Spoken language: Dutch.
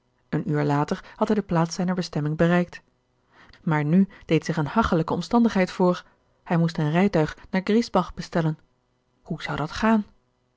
een uur later had hij de plaats zijner bestemming bereikt maar nu deed zich eene hachelijke omstandigheid voor hij moest een rijtuig naar griesbach bestellen hoe zou dat gaan